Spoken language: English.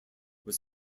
was